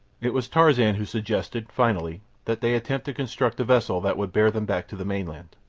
it was tarzan who suggested, finally, that they attempt to construct a vessel that would bear them back to the mainland.